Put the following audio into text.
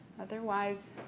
Otherwise